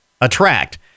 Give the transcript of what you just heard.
attract